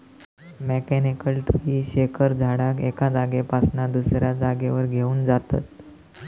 mechanical tree shaker झाडाक एका जागेपासना दुसऱ्या जागेवर घेऊन जातत